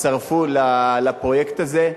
יצטרפו לפרויקט הזה.